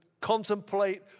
contemplate